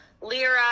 lira